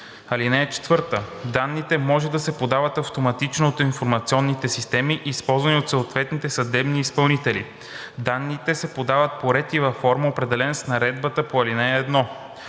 № 910/2014. (4) Данните може да се подават автоматично от информационните системи, използвани от съответните съдебни изпълнители. Данните се подават по ред и във формат, определен с наредбата по ал. 1.